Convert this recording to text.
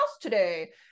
today